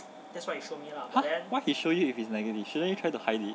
!huh! why he show you if it's negative shouldn't you try to hide it